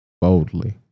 boldly